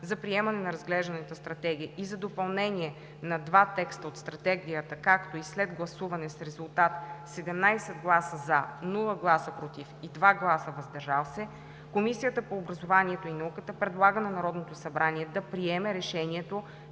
за приемане на разглежданата Стратегия и за допълнение на два текста от Стратегията, както и след гласуване с резултат 17 гласа „за“, без гласове „против“ и 2 гласа „въздържал се“, Комисията по образованието и науката предлага на Народното събрание да приеме решението